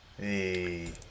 hey